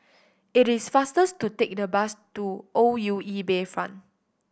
it is faster to take the bus to O U E Bayfront